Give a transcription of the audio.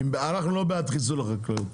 אנחנו לא בעד חיסול החקלאות,